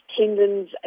tendons